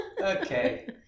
Okay